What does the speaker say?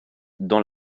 dans